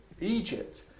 Egypt